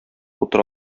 утыра